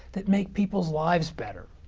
that make people's lives better.